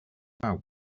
about